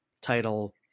title